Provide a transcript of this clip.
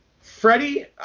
Freddie